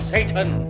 Satan